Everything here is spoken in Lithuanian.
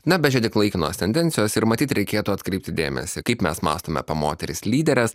na bet čia tik laikinos tendencijos ir matyt reikėtų atkreipti dėmesį kaip mes mąstome apie moteris lyderes